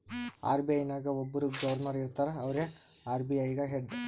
RBI ನಾಗ್ ಒಬ್ಬುರ್ governor ಇರ್ತಾರ ಅವ್ರೇ ಆರ್.ಬಿ.ಐ ಗ ಹೆಡ್